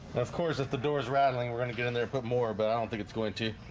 of course if the doors rattling we're gonna get in there put more but i don't think it's going to